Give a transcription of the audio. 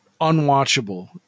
unwatchable